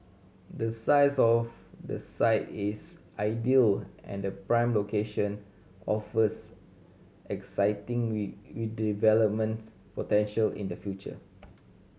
the size of the site is ideal and prime location offers excitingly redevelopments potential in the future